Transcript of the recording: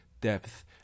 depth